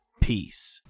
Peace